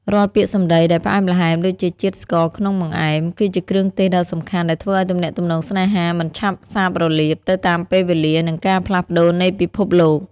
រាល់ពាក្យសម្ដីដែលផ្អែមល្ហែមដូចជាជាតិស្ករក្នុងបង្អែម គឺជាគ្រឿងទេសដ៏សំខាន់ដែលធ្វើឱ្យទំនាក់ទំនងស្នេហាមិនឆាប់សាបរលាបទៅតាមពេលវេលា និងការផ្លាស់ប្ដូរនៃពិភពលោក។